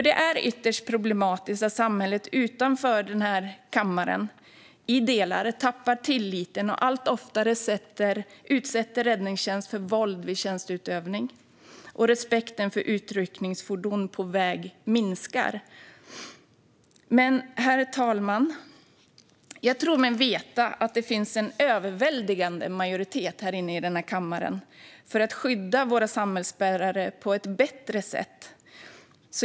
Det är ytterst problematiskt att samhället utanför denna kammare i delar tappar tilliten och allt oftare utsätter räddningstjänst för våld vid tjänsteutövning och att respekten för utryckningsfordon på väg minskar. Men, herr talman, jag tror mig veta att det finns en överväldigande majoritet i denna kammare som är för att vi ska skydda våra samhällsbärare på ett bättre sätt.